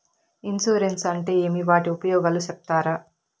Insurance అంటే ఏమి? వాటి ఉపయోగాలు సెప్తారా?